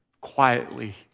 quietly